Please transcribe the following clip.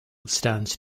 stands